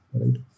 right